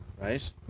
right